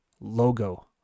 logo